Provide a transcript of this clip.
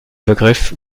begriff